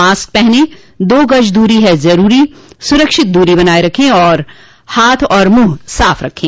mask पहनें दो गज दूरी है जरूरी सुरक्षित दूरी बनाए रखें हाथ और मुंह साफ रखें